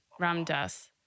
Ramdas